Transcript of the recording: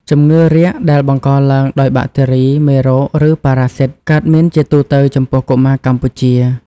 ជំងឺរាគដែលបង្កឡើងដោយបាក់តេរី មេរោគ ឬប៉ារ៉ាស៊ីត កើតមានជាទូទៅចំពោះកុមារកម្ពុជា។